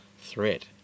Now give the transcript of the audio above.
threat